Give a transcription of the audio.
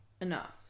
enough